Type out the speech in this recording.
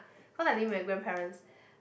cause I live with my grandparents